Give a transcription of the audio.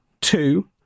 two